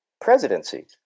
presidency